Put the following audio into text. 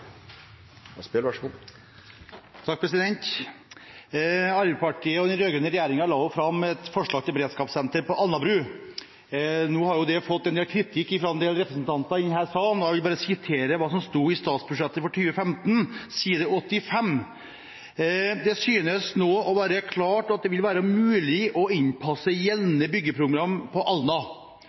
Arbeiderpartiet og den rød-grønne regjeringen la fram et forslag til beredskapssenter på Alnabru. Nå har det fått en del kritikk fra en del representanter i denne sal. Jeg vil bare sitere hva som sto i statsbudsjettet for 2015 på side 85: det synes nå å være klart at det vil være mulig å innpasse gjeldende byggeprogram på Alna